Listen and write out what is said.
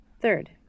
Third